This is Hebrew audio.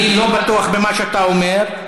אני לא בטוח במה שאתה אומר.